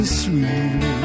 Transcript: sweet